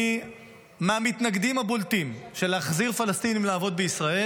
אני מהמתנגדים הבולטים של להחזיר פלסטינים לעבוד בישראל.